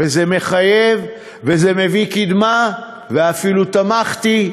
וזה מחייב, וזה מביא קדמה, ואפילו תמכתי.